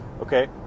okay